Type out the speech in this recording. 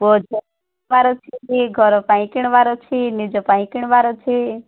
ପୁଅ ପାଇଁ କିଣିବାର ଅଛି ଘରପାଇଁ କିଣିବାର ଅଛି ନିଜପାଇଁ କିଣିବାର ଅଛି